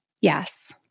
yes